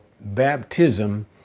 baptism